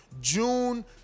June